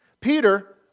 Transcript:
Peter